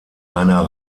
einer